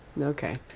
okay